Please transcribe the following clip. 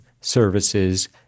services